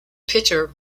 pitcher